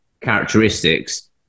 characteristics